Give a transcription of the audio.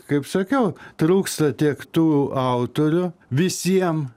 kaip sakiau trūksta tiek tų autorių visiem